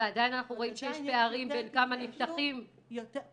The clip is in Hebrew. ועדיין אנחנו רואים שיש פערים בין כמה נפתחים -- פחות